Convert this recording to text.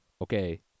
okay